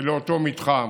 לאותו מתחם,